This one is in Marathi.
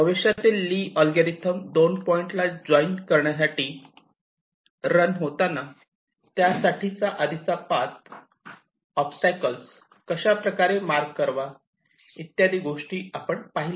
भविष्यातील ली अल्गोरिदम दोन पॉइंटला जॉईन करण्यासाठी रन होताना त्यासाठी आधीचा पाथ ओबस्टॅकल्स कशाप्रकारे मार्क करावा इत्यादी गोष्टी आपण पाहिल्या